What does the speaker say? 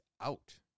out